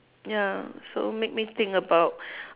ya so make me think about